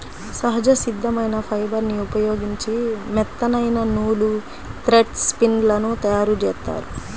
సహజ సిద్ధమైన ఫైబర్ని ఉపయోగించి మెత్తనైన నూలు, థ్రెడ్ స్పిన్ లను తయ్యారుజేత్తారు